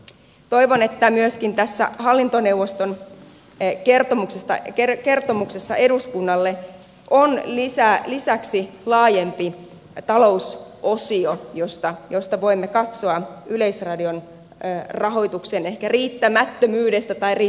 toivon että myöskin tässä hallintoneuvoston kertomuksessa eduskunnalle on lisäksi laajempi talousosio josta voimme katsoa yleisradion rahoituksen riittämättömyyttä tai riittävyyttä